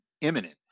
imminent